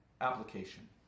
application